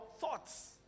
thoughts